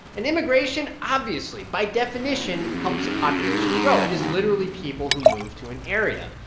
and immigration obviously, by definition, helps a population grow. it is literally people who move to an area.